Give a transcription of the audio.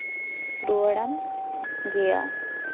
ᱨᱩᱣᱟᱹᱲᱟᱢ ᱜᱮᱭᱟ